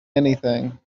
anything